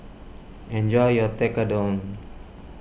enjoy your Tekkadon